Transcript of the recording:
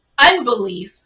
unbelief